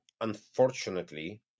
unfortunately